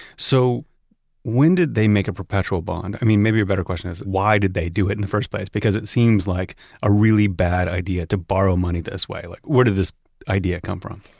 so when did they make a perpetual bond? i mean, maybe a better question is, why did they do it in the first place? it seems like a really bad idea to borrow money this way. like where did this idea come from?